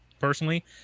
personally